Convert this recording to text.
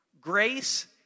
Grace